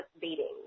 beating